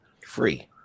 free